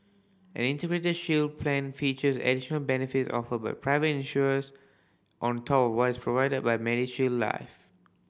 an Integrated Shield Plan features additional benefits offered by private insurers on top of what is provided by MediShield Life